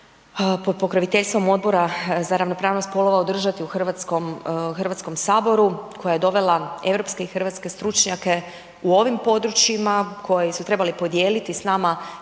pod pokroviteljstvom Odbora za ravnopravnost spolova održati u HS-u, koja je dovela europske i hrvatske stručnjake u ovim područjima koji su trebali podijeliti s nama